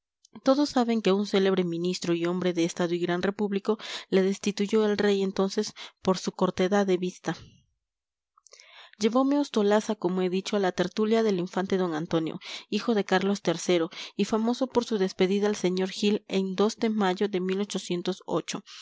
todos saben que a un célebre ministro y hombre de estado y gran repúblico le destituyó el rey entonces por su cortedad de vista llevome ostolaza como he dicho a la tertulia del infante d antonio hijo de carlos iii y famoso por su despedida al sr gil en de mayo de aquella epopeya